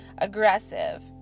Aggressive